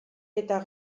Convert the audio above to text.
eta